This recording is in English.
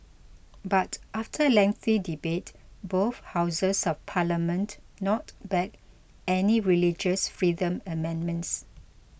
but after lengthy debate both houses of parliament knocked back any religious freedom amendments